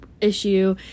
issue